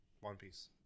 One-piece